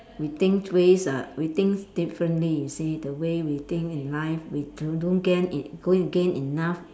we think ways uh we think differently you see the way we think in life we don't don't gain it going to gain enough